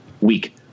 week